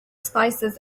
spices